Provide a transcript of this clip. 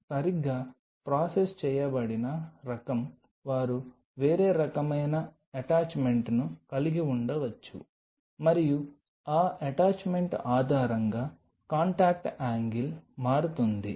సరిగ్గా ప్రాసెస్ చేయబడిన రకం వారు వేరే రకమైన అటాచ్మెంట్ని కలిగి ఉండవచ్చు మరియు ఆ అటాచ్మెంట్ ఆధారంగా కాంటాక్ట్ యాంగిల్ మారుతుంది